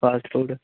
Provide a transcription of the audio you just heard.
fast food